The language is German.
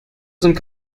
sind